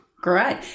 Great